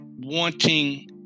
wanting